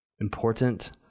Important